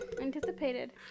anticipated